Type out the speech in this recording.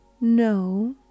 No